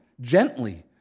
gently